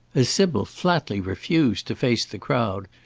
as sybil flatly refused to face the crowd,